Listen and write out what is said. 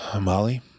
Molly